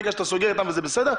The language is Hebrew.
ברגע שאתה סוגר איתם זה בסדר,